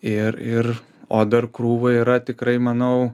ir ir o dar krūva yra tikrai manau